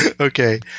Okay